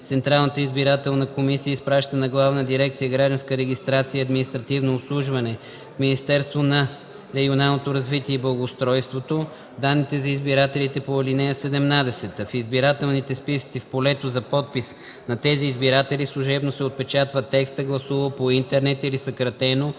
Централната избирателна комисия изпраща на Главна дирекция „Гражданска регистрация и административно обслужване” в Министерството на регионалното развитие и благоустройството данните за избирателите по ал. 17. В избирателните списъци в полето за подпис на тези избиратели служебно се отпечатва текстът „гласуване по интернет”, или съкратено